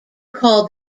called